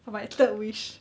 for my third wish